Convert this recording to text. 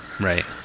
Right